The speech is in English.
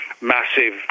massive